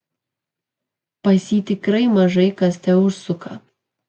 pas jį tikrai mažai kas teužsuka